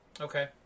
Okay